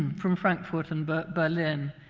from frankfurt and but berlin.